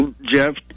Jeff